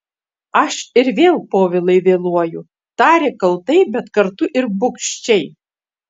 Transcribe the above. aš ir vėl povilai vėluoju tarė kaltai bet kartu ir bugščiai